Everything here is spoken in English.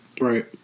Right